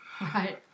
right